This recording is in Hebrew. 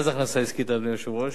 מה זו הכנסה עסקית, אדוני היושב-ראש?